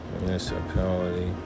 Municipality